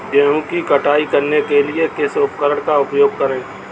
गेहूँ की कटाई करने के लिए किस उपकरण का उपयोग करें?